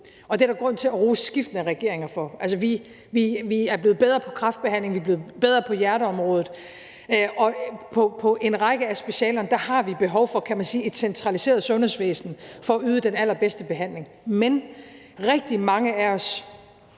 Det er der grund til at rose skiftende regeringer for. Altså, vi er blevet bedre til kræftbehandling, vi er blevet bedre på hjerteområdet, og hvad angår en række af specialerne, har vi behov for, kan man sige, et centraliseret sundhedsvæsen for at yde den allerbedste behandling. Men rigtig mange af os